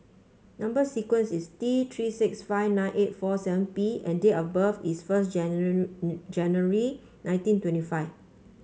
number sequence is T Three six five nine eight four seven P and date of birth is first January nineteen twenty five